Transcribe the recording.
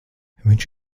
viņš